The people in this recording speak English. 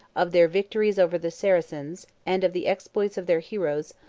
of their victories over the saracens, and of the exploits of their heroes,